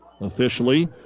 officially